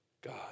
God